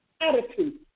attitude